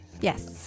yes